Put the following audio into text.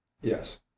Yes